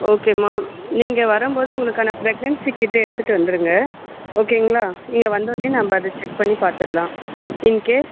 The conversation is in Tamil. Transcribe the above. ஓகேம்மா நீங்கள் வரும்போது உங்களுக்கான ப்ரக்னன்ஸி கிட்டை எடுத்துட்டு வந்துடுங்க ஓகேங்களா இங்கே வந்தோடன்னே நம்ம அதை செக் பண்ணி பார்த்துட்லாம் இன்கேஸ்